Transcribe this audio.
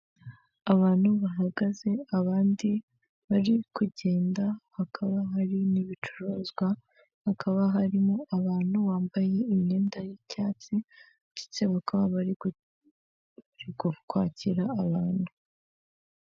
Umuma wicaye ucuruza ibishyimbo, avoka, imineke, inanasi, ibinyomoro n'amacunga, afite agatambaro mu ijosi yambaye ikote ry'umukara ibishyimbo bikaba biri ku rutaro harajeho yorosheho ishysho y'ubururu.